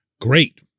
great